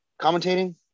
commentating